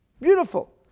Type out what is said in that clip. Beautiful